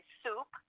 soup